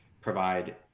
provide